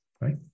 Right